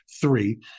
three